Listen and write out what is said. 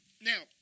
Now